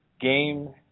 game